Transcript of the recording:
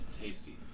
Tasty